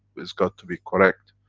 it's got to be correct.